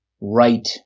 right